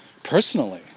personally